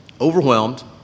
overwhelmed